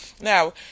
Now